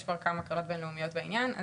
יש כבר כמה קרנות בין לאומיות בעניין,